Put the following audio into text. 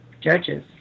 Judges